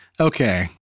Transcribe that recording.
Okay